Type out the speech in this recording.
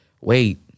wait